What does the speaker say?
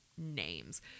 Names